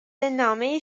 نامه